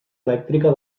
elèctrica